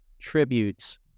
tributes